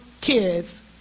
kids